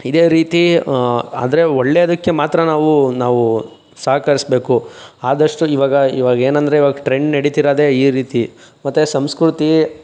ಇದೆ ರೀತಿ ಆದರೆ ಒಳ್ಳೇದಕ್ಕೆ ಮಾತ್ರ ನಾವು ನಾವು ಸಹಕರಿಸ್ಬೇಕು ಆದಷ್ಟು ಇವಾಗ ಇವಾಗೇನೆಂದ್ರೆ ಇವಾಗ ಟ್ರೆಂಡ್ ನಡೀತಿರೋದೆ ಈ ರೀತಿ ಮತ್ತೆ ಸಂಸ್ಕೃತಿ